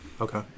Okay